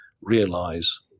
realize